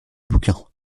bouquins